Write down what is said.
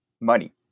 money